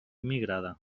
immigrada